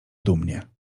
dumnie